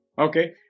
Okay